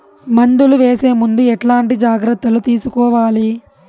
మందులు వేసే ముందు ఎట్లాంటి జాగ్రత్తలు తీసుకోవాలి?